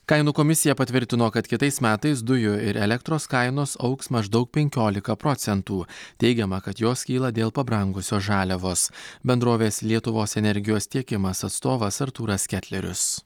kainų komisija patvirtino kad kitais metais dujų ir elektros kainos augs maždaug penkiolika procentų teigiama kad jos kyla dėl pabrangusios žaliavos bendrovės lietuvos energijos tiekimas atstovas artūras ketlerius